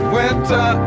winter